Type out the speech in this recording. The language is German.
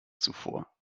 zuvor